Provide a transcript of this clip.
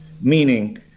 meaning